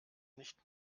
nicht